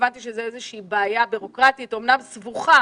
הבנתי שזאת איזושהי בעיה בירוקרטית, אמנם סבוכה